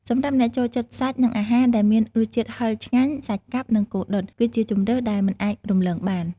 សម្រាប់អ្នកចូលចិត្តសាច់ និងអាហារដែលមានរសជាតិហឹរឆ្ងាញ់ សាច់កាប់ និង គោដុត គឺជាជម្រើសដែលមិនអាចរំលងបាន ។